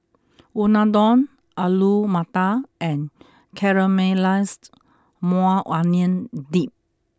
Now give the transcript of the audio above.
Unadon Alu Matar and Caramelized Maui Onion Dip